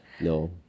No